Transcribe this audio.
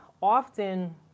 often